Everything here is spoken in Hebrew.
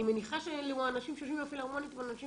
אני מניחה שהאנשים שיושבים בפילהרמונית הם אנשים